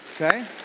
Okay